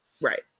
Right